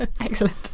Excellent